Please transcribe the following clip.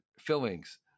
fillings